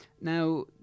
Now